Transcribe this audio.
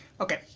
Okay